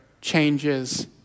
changes